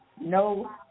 No